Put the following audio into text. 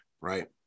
Right